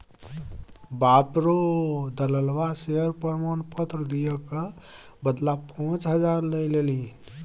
बाप रौ ओ दललबा शेयर प्रमाण पत्र दिअ क बदला पाच हजार लए लेलनि